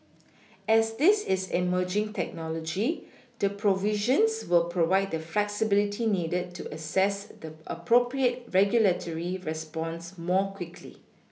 as this is emerging technology the provisions will provide the flexibility needed to assess the appropriate regulatory response more quickly